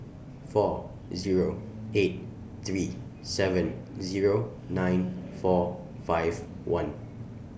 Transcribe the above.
four Zero eight three seven Zero nine four five one